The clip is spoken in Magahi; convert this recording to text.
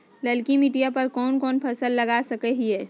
ललकी मिट्टी पर कोन कोन फसल लगा सकय हियय?